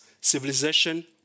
civilization